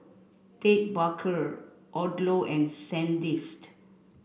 Ted Baker Odlo and Sandisk